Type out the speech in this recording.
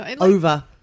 over